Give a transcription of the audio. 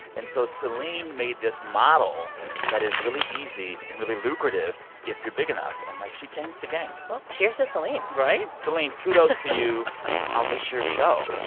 and so celine made this model that is really easy really lucrative if you're big enough. and, like, she changed the game well, cheers to celine right? celine, kudos to you i'll miss your show.